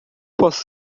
posso